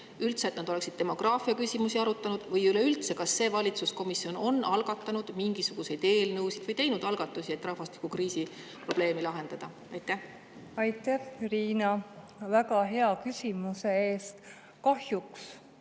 sellest, et nad oleksid üldse demograafiaküsimusi arutanud? Kas see valitsuskomisjon on algatanud mingisuguseid eelnõusid või teinud algatusi, et rahvastikukriisi probleeme lahendada? Aitäh, Riina, väga hea küsimuse eest! Kahjuks